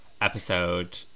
episode